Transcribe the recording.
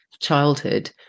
childhood